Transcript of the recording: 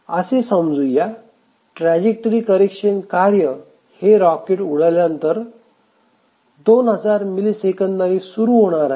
असे समजूया trajectory correction कार्य हे रॉकेट उडाल्यानंतर 2000 मिलीसेकंदांनी सुरू होणार आहे